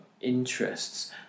interests